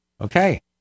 Okay